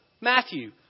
Matthew